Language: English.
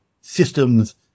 systems